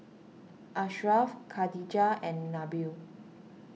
Ashraf Khadija and Nabil